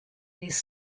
this